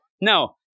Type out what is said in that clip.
No